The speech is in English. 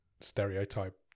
stereotype